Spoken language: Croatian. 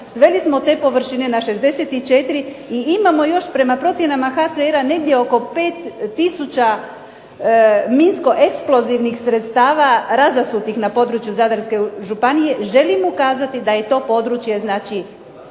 sveli smo te površine na 64 i imamo još prema procjenama HCR-a negdje oko 5 tisuća minsko eksplozivnih sredstava razasutih na području Zadarske županije, želim ukazati da je to područje znači